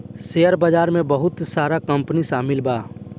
share बाजार में बहुत सारा कंपनी शामिल बा